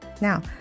Now